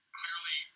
clearly